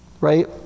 right